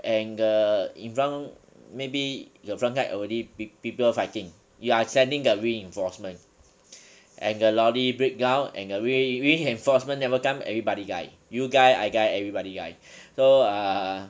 and the in front maybe your front guy already peop~ people fighting you are sending the reinforcements and the lorry breakdown and the re~ reinforcement never come everybody die you die I die everybody die so err